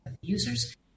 users